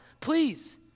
please